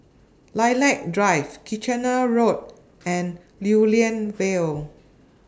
Lilac Drive Kitchener Road and Lew Lian Vale